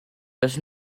does